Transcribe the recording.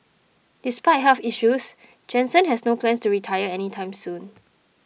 despite health issues Jansen has no plans to retire any time soon